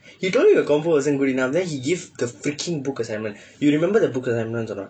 he told me my compo wasn't good enough then he give the freaking book assignment you remember the book assignments or not